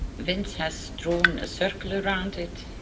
vince has drawn a circle around it,